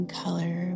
color